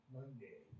Monday